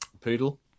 poodle